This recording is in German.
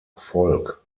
volk